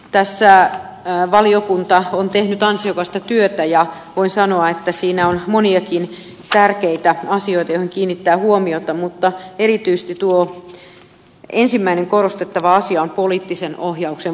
tässä valiokunta on tehnyt ansiokasta työtä ja siinä on moniakin tärkeitä asioita joihin voi kiinnittää huomiota mutta erityisesti tuo ensimmäinen korostettava asia on poliittisen ohjauksen vahvistaminen